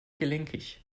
gelenkig